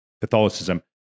Catholicism